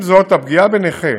עם זאת, הפגיעה בנכה